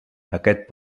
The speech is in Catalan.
aquest